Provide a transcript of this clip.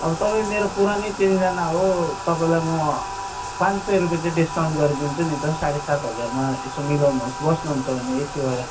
अब तपाईँ मेरो पुरानै चिनाजाना हो तपाईँलाई म पाँच सय रुपियाँ चाहिँ डिस्काउन्ट गरिदिन्छु नि त साढे सात हजारमा यसो मिलाउनुहोस् बस्नुहुन्छ भने एसीवाला